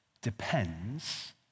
depends